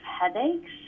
headaches